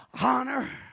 honor